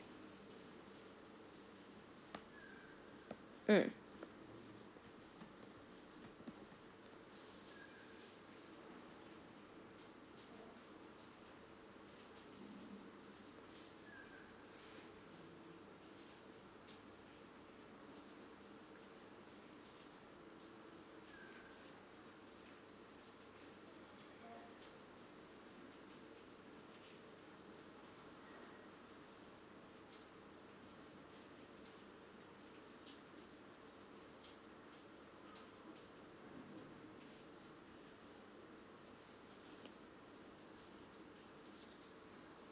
mm